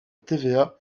tva